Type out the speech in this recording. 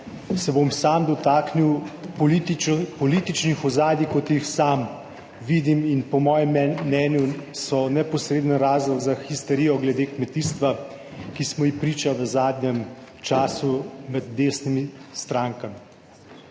se bom sam dotaknil političnih ozadij kot jih sam vidim in po mojem mnenju so neposreden razlog za histerijo glede kmetijstva, ki smo ji priča v zadnjem času med desnimi strankami.